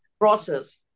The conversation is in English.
process